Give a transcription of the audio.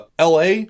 la